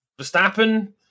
Verstappen